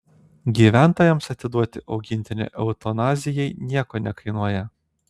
gyventojams atiduoti augintinį eutanazijai nieko nekainuoja